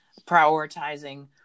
prioritizing